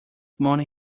money